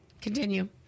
Continue